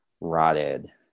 rotted